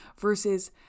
versus